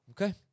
Okay